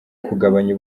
kugabanya